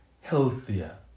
healthier